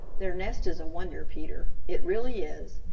their nest is a wonder, peter. it really is.